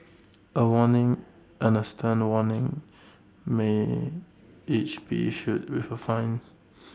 A warning and A stern warning may each be issued with A fine